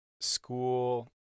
school